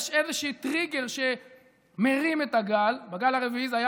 יש איזשהו טריגר שמרים את הגל: בגל הרביעי זה היה